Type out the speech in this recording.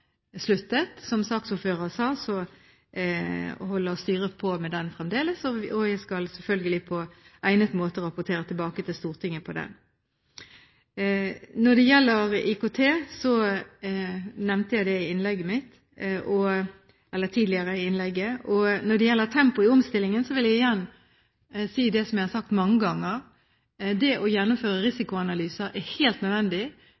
Som saksordføreren sa, holder styret på med den fremdeles. Jeg skal selvfølgelig på egnet måte rapportere tilbake til Stortinget om den. Når det gjelder IKT, nevnte jeg det tidligere i innlegget. Når det gjelder tempoet i omstillingen, vil jeg igjen si det som jeg har sagt mange ganger: Det å gjennomføre risikoanalyser er helt nødvendig.